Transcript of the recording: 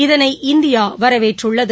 இதனை இந்தியா வரவேற்றுள்ளது